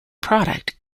product